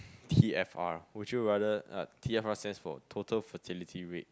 T_F_R would you rather T_F_R stands for total fertility rate